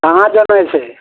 कहाँ जेनाइ छै